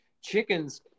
chickens